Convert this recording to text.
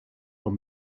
are